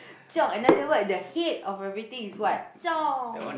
chiong another word the head of everything is what chiong